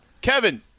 kevin